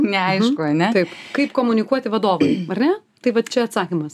neaišku ne taip kaip komunikuoti vadovui ane taip vat čia atsakymas